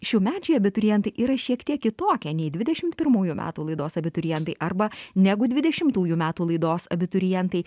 šiųmečiai abiturientai yra šiek tiek kitokie nei dvidešimt pirmųjų metų laidos abiturientai arba negu dvidešimtųjų metų laidos abiturientai